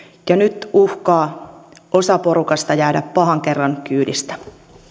ja nyt uhkaa osa porukasta jäädä pahan kerran kyydistä